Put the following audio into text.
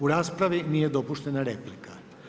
U raspravi nije dopuštena replika.